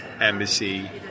embassy